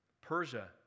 Persia